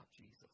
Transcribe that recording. Jesus